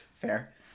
Fair